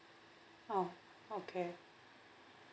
oh okay